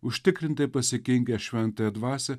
užtikrintai pasikinkęs šventąją dvasią